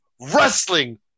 Wrestling